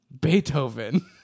Beethoven